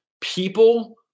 people